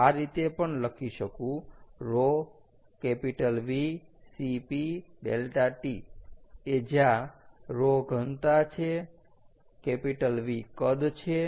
હું આ રીતે પણ લખી શકું ρ V Cp ∆T એ જ્યાં ρ ઘનતા છે V કદ છે